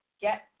get